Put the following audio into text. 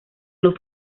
luz